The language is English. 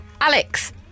Alex